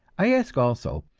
i ask, also,